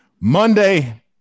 Monday